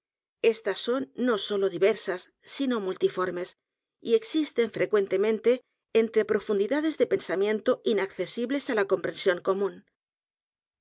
éstas son no sólo diversas sino multiformes y existen frecuentemente entre profundidades de pensamiento inaccesibles á la comprensión común